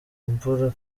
imvura